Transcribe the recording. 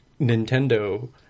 Nintendo